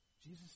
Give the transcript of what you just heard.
Jesus